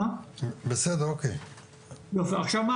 עכשיו,